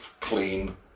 clean